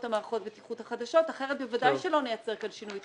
את מערכות הבטיחות החדשות כי אחרת בוודאי שלא נייצר כאן שינוי התנהגות.